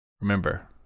Remember